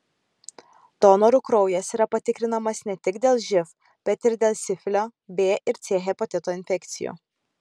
donorų kraujas yra patikrinamas ne tik dėl živ bet ir dėl sifilio b ir c hepatito infekcijų